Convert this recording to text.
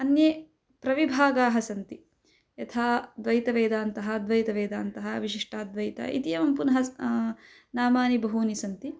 अन्ये प्रविभागाः सन्ति यथा द्वैतवेदान्तः अद्वैतवेदान्तः विशिष्टाद्वैतः इति अहं पुनः स् नामानि बहूनि सन्ति